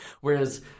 Whereas